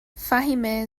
فهیمه